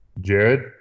Jared